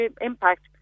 impact